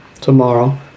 tomorrow